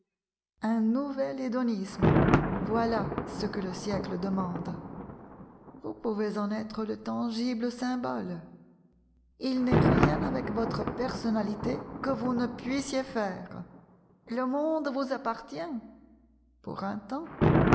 un nouvel hédonisme voilà ce que le siècle demande vous pouvez en être le tangible symbole il n'est rien avec votre personnalité que vous ne puissiez faire le monde vous appartient pour un temps